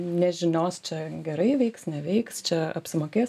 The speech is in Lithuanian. nežinios čia gerai veiks neveiks čia apsimokės